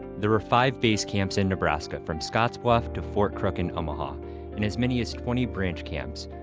there were five base camps in nebraska from scottsbluff to fort crook in omaha and as many as twenty branch camps.